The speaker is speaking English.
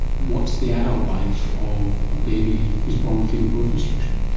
what's the adult life of a baby who is born with foetal growth restriction?